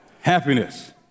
Happiness